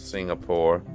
Singapore